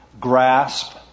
grasp